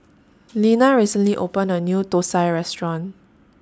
Leanna recently opened A New Thosai Restaurant